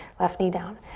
left knee down.